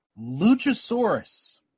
Luchasaurus